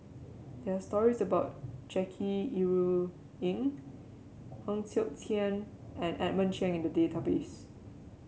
there are stories about Jackie Yi Ru Ying Heng Siok Tian and Edmund Cheng in the database